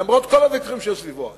למרות כל הוויכוחים שהיו סביבו אז,